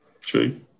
True